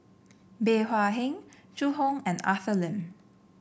Bey Hua Heng Zhu Hong and Arthur Lim